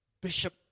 Bishop